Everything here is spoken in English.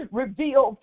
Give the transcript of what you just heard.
reveal